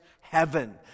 heaven